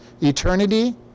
eternity